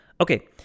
Okay